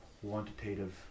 quantitative